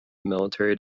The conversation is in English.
military